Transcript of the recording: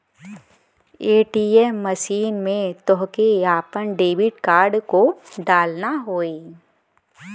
ATM machine में तोहके आपन डेबिट कार्ड को डालना होई